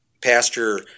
pasture